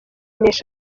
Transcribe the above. neshatu